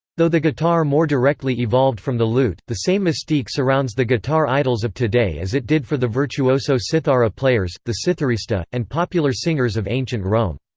though the guitar more directly evolved from the lute, the same mystique surrounds the guitar idols of today as it did for the virtuoso cithara players, the citharista, and popular singers of ancient rome.